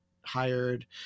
hired